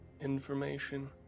information